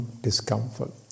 discomfort